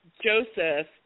Joseph